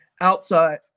outside